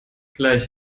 gleich